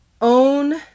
Own